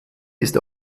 ist